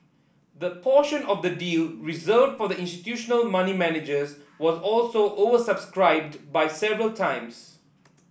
the portion of the deal reserved for institutional money managers was also oversubscribed by several times